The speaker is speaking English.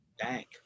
bank